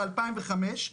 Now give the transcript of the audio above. ב-2005,